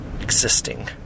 existing